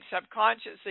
subconsciously